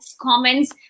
comments